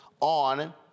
on